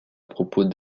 propos